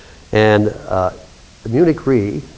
and munich re,